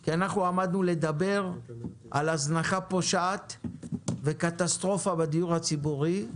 כי אנחנו עמדנו לדבר על הזנחה פושעת וקטסטרופה בדיור הציבורי,